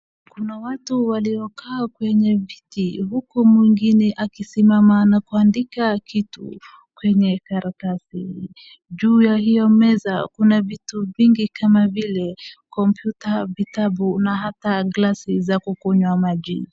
Kuna watu waliokaa kwenye viti huku mwingine akisimama kuandika kitu kwenye karatasi. Juu ya hiyo meza kuna vitu vingi kama vile kompyuta, vitabu na hata glasi za kukunywa maji.